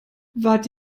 wart